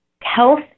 health